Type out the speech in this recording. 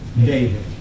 David